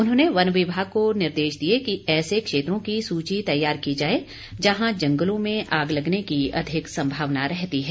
उन्होंने वन विभाग को निर्देश दिए कि ऐसे क्षेत्रों की सूची तैयार की जाए जहां जंगलों में आग लगने की अधिक संभावना रहती है